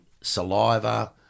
saliva